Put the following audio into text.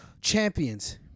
champions